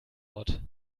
ort